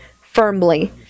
firmly